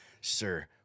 Sir